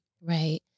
Right